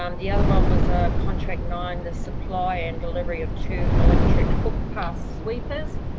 um the other one was contract nine. the supply and delivery of two electric footpath sweepers.